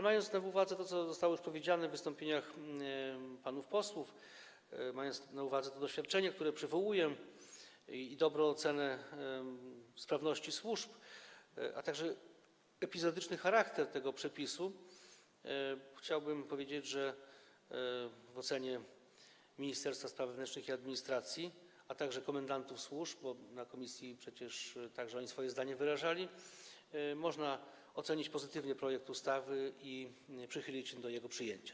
Mając na uwadze to, co zostało już powiedziane w wystąpieniach panów posłów, mając na uwadze to doświadczenie, które przywołuję, i dobrą ocenę sprawności służb, a także epizodyczny charakter tego przepisu, chciałbym powiedzieć, że w ocenie Ministerstwa Spraw Wewnętrznych i Administracji, a także komendantów służb, bo na posiedzeniu komisji przecież także oni wyrażali swoje zdanie, projekt ustawy można ocenić pozytywnie i przychylić się do jego przyjęcia.